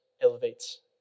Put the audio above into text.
elevates